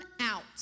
out